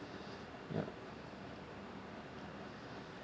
yup